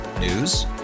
News